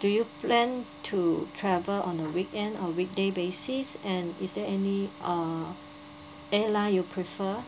do you plan to travel on a weekend or weekday basis and is there any uh airline you prefer